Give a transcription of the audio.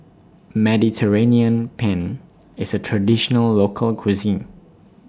Mediterranean Penne IS A Traditional Local Cuisine